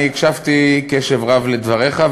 אני הקשבתי קשב רב לדבריך,